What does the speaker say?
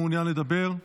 מעוניין לדבר?